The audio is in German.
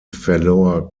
verlor